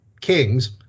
Kings